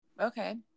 Okay